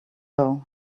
doe